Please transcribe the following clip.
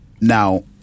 Now